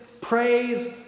praise